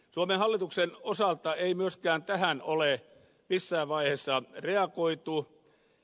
suomen hallituksen osalta ei myöskään tähän ole missään vaiheessa reagoitu